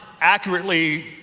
accurately